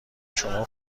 شما